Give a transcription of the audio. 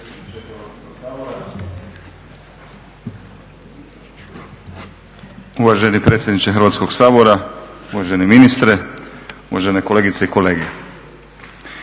potpredsjednice Hrvatskog sabora. Uvaženi ministre sa suradnicom, kolegice i kolege.